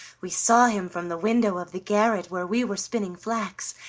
we saw him from the window of the garret where we were spinning flax,